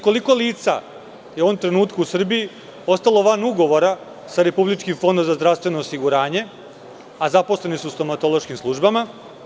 Koliko lica je u ovom trenutku u Srbiji ostalo van ugovora sa Republičkim fondom za zdravstveno osiguranje, a zaposleni su u stomatološkim službama?